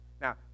Now